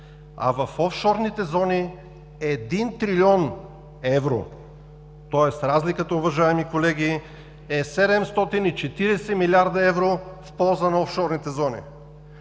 а в офшорните зони – един трилион евро. Тоест разликата, уважаеми колеги, е 740 милиарда евро в полза на офшорните зони.